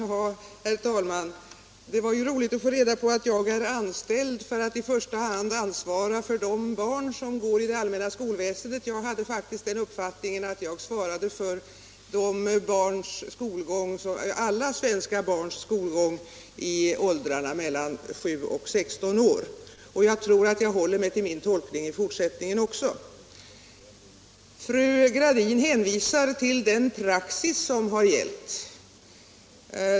Herr talman! Det var roligt att få reda på att jag är anställd för att i första hand ansvara för barnen i det allmänna skolväsendet. Jag hade den uppfattningen att jag ansvarar för alla svenska barns skolgång i åldrarna mellan 7 och 16 år, och jag tror att jag håller mig till min tolkning även i fortsättningen. Fru Gradin hänvisar till den praxis som har gällt.